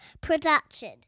production